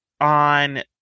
on